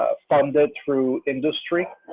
ah funded through industry.